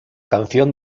canción